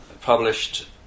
published